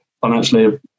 financially